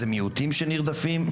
ומיעוטים נרדפים.